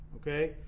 Okay